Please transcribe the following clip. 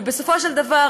ובסופו של דבר,